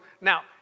now